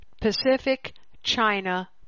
Pacific-China